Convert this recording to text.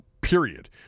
period